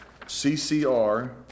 CCR